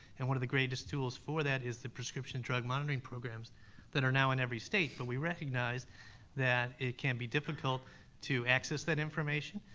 and one of the greatest tools for that is the prescribing and drug monitoring programs that are now in every state, but we recognize that it can be difficult to access that information,